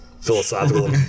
philosophical